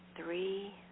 three